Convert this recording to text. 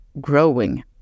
growing